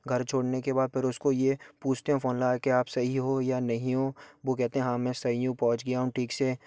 घर छोड़ने के बाद फ़िर उसको यह पूछते हैं फ़ोन लगाकर आप सही हैं या नहीं हैं वह कहते हैं हाँ मैं सही हूँ पहुँच गया हूँ ठीक से